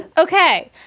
ok.